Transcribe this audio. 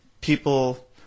people